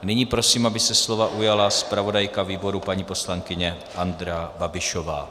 Nyní prosím, aby se slova ujala zpravodajka výboru paní poslankyně Andrea Babišová.